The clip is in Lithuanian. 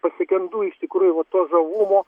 pasigendu iš tikrųjų vat to žavumo